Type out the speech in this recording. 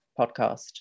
podcast